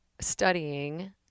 studying